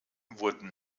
wurden